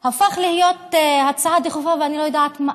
כרגע אני לא רואה.